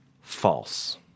False